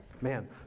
man